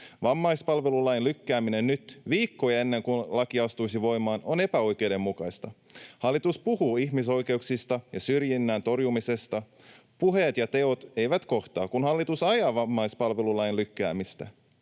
Vammaispalvelulain lykkääminen nyt, vain viikkoja ennen kuin laki astuisi voimaan, on epäoikeudenmukaista. Hallitus puhuu ihmisoikeuksista ja syrjinnän torjumisesta — puheet ja teot eivät kohtaa, kun hallitus ajaa vammaispalvelulain lykkäämistä.